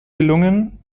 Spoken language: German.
gelungen